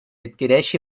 adquirisca